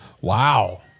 Wow